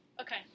Okay